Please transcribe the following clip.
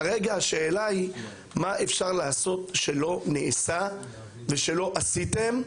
כרגע השאלה היא מה אפשר לעשות שלא נעשה ושלא עשיתם,